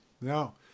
no